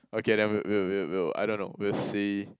okay then we'll we'll we'll I don't know we'll see